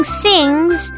sings